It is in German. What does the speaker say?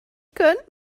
könnt